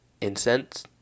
Incense